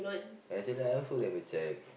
actually I also never check